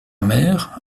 mère